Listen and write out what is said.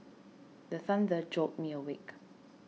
the thunder jolt me awake